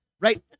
Right